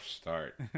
start